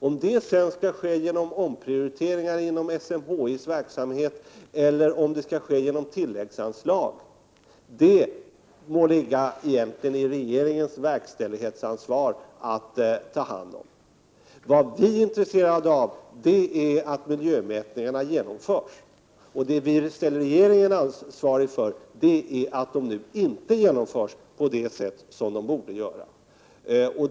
Om det sedan sker genom omprioriteringar inom SMHI:s verksamhet eller genom tilläggsanslag må egentligen ligga i regeringens verkställighetsansvar att bestämma. Vi är intresserade av att dessa miljömätningar genomförs. Vi gör regeringen ansvarig för att dessa nu inte genomförs på det sätt som borde ske.